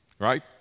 Right